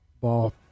Ball